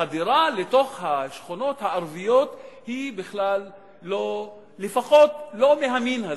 החדירה לתוך השכונות הערביות היא לפחות לא מהמין הזה,